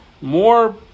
more